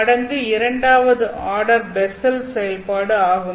மடங்கு இரண்டாவது order Bessel செயல்பாடு ஆகும்